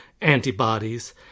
antibodies